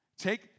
Take